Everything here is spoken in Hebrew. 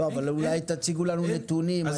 אבל אולי תציגו לנו נתונים.